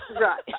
Right